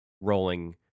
rolling